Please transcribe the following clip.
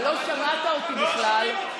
אתה לא שמעת אותי בכלל.